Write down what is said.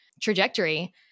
trajectory